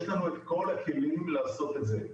יש לנו את כל הכלים לעשות את זה,